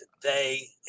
today